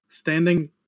standing